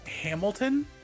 Hamilton